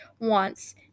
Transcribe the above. wants